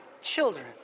Children